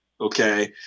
okay